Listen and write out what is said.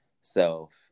self